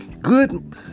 Good